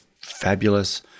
fabulous